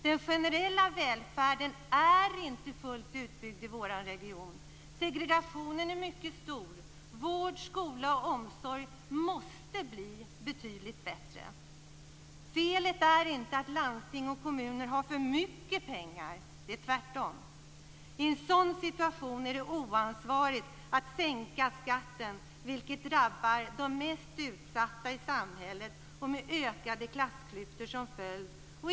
Den generella välfärden är inte fullt utbyggd i vår region. Segregationen är mycket stor. Vård, skola och omsorg måste bli betydligt bättre. Felet är inte att landsting och kommuner har för mycket pengar. Det är tvärtom. I en sådan situation är det oansvarigt att sänka skatten, vilket drabbar de mest utsatta i samhället med ökade klassklyftor som följd.